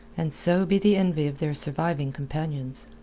and so be the envy of their surviving companions.